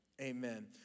amen